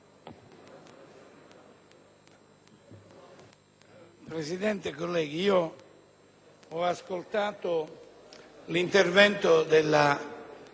Presidente, colleghi, ho ascoltato l'intervento della presidente Finocchiaro.